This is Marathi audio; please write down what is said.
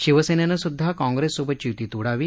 शिवसेनेनं सुद्धा काँग्रेस सोबतची युती तोडावी